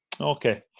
Okay